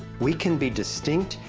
we can be distinct,